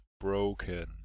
broken